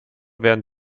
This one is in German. werden